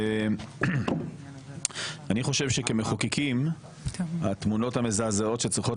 אני חושב שכמחוקקים התמונות המזעזעות שצריכות